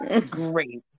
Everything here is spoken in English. Great